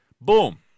Boom